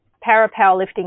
para-powerlifting